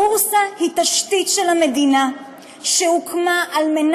הבורסה היא תשתית של המדינה שהוקמה כדי